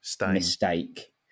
mistake